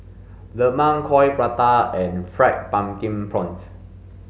lemang coin prata and fried pumpkin prawns